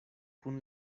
kun